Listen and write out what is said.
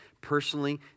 personally